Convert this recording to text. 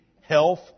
health